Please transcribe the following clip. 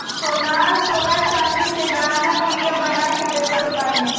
सोनार सोना चांदी से गहना गुरिया बना के बेचत बाने